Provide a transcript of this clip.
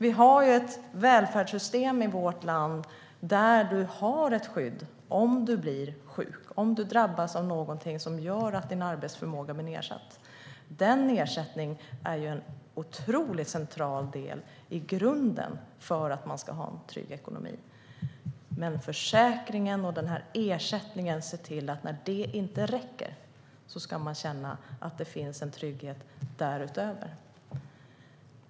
Vi har ett välfärdssystem i vårt land där du har ett skydd om du blir sjuk eller drabbas av någonting som gör att din arbetsförmåga blir nedsatt. Den ersättningen är en otroligt central del och en grund för att man ska ha en trygg ekonomi. Men försäkringen och den här ersättningen ser till att när det inte räcker ska man känna att det finns en trygghet därutöver.